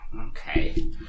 Okay